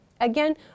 Again